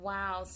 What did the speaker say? Wow